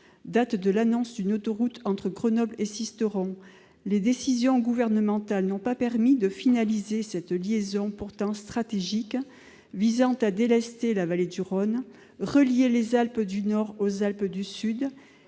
date de l'annonce d'une autoroute entre Grenoble et Sisteron, les décisions gouvernementales n'ont pas permis de finaliser cette liaison, pourtant stratégique, visant à délester la vallée du Rhône, à relier les Alpes du Nord aux Alpes du Sud